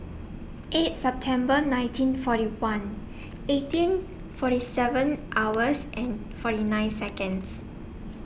eight September nineteen forty one eighteen forty seven hours and forty nine Seconds